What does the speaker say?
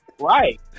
Right